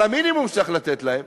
אבל המינימום שצריך לתת להם